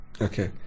okay